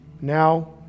Now